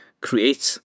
creates